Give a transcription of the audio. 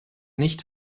nicht